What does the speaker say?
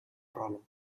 problem